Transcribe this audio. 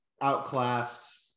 outclassed